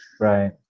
Right